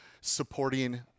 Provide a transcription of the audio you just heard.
supporting